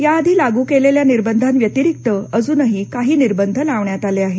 याआधी लागू केलेल्या निर्बंधांव्यतिरिक्त अजूनही काही निर्बंध लावण्यात आले आहेत